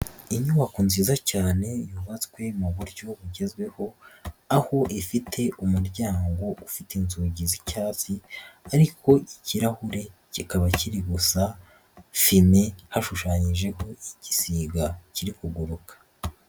Inyubako nziza cyane yubatswe mu buryo bugezweho, aho ifite umuryango ufite inzugi zicyatsi ariko ikirahure kikaba kiri gusa fime, hashushanyijeho igisigaga kiri kuguruka.